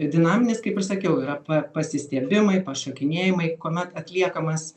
dinaminis kaip ir sakiau yra pa pasistiebimai pašokinėjimai kuomet atliekamas